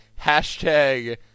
hashtag